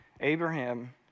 Abraham